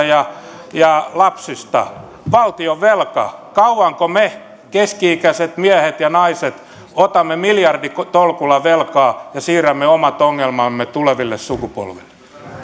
ja ja lapsista valtionvelkaa kauanko me keski ikäiset miehet ja naiset otamme miljarditolkulla velkaa ja siirrämme omat ongelmamme tuleville sukupolville